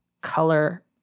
color